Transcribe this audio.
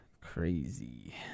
crazy